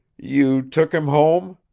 you took him home?